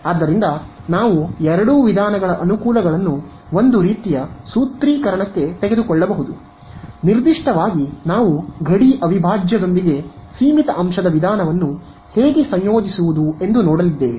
ಆದ್ದರಿಂದ ನಾವು ಎರಡೂ ವಿಧಾನಗಳ ಅನುಕೂಲಗಳನ್ನು ಒಂದು ರೀತಿಯ ಸೂತ್ರೀಕರಣಕ್ಕೆ ತೆಗೆದುಕೊಳ್ಳಬಹುದು ನಿರ್ದಿಷ್ಟವಾಗಿ ನಾವು ಗಡಿ ಅವಿಭಾಜ್ಯದೊಂದಿಗೆ ಸೀಮಿತ ಅಂಶದ ವಿಧಾನವನ್ನು ಹೇಗೆ ಸಂಯೋಜಿಸುವುದು ಎಂದು ನೋಡಲಿದ್ದೇವೆ